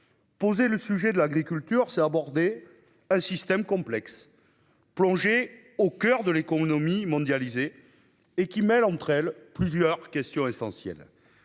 Poser le sujet de l'agriculture, c'est aborder un système complexe. Plongée au coeur de l'économie mondialisée et qui mêle entre elles plusieurs questions essentielles.